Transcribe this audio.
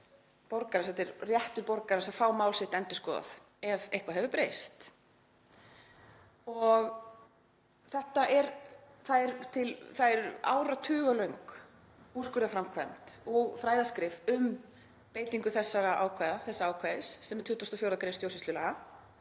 réttur borgarans til að fá mál sitt endurskoðað ef eitthvað hefur breyst. Það er áratugalöng úrskurðarframkvæmd og fræðaskrif um beitingu þessa ákvæðis, sem er 24. gr. stjórnsýslulaga,